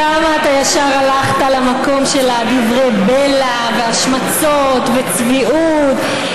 כמה אתה ישר הלכת למקום של ה"דברי בלע" ו"השמצות" ו"צביעות",